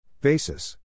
Basis